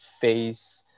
face